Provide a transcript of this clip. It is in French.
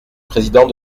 président